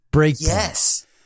Yes